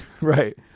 Right